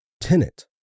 tenant